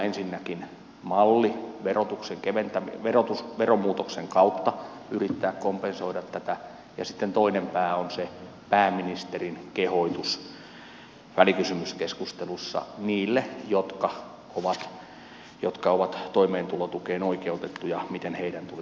ensinnäkin malli jossa veromuutoksen kautta yritetään kompensoida tätä ja sitten toinen pää on se pääministerin kehotus välikysymyskeskustelussa niille jotka ovat toimeentulotukeen oikeutettuja miten heidän tulisi toimia